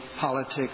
politics